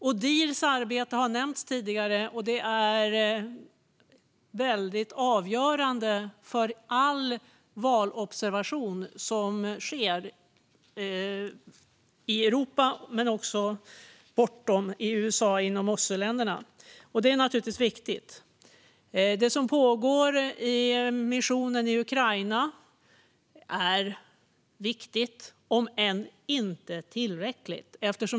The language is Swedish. Odihrs arbete har nämnts tidigare, och det är avgörande för all valobservation som sker i Europa, men också i USA och övriga OSSE-länder. Detta är naturligtvis viktigt. Det som pågår inom ramen för missionen i Ukraina är viktigt, om än inte tillräckligt.